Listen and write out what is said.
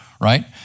right